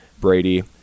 brady